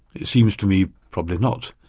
it seems to me, probably not.